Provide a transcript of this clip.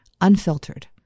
unfiltered